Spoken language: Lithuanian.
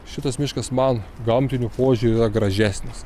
šitas miškas man gamtiniu požiūriu yra gražesnis